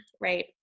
right